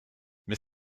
mais